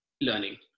learning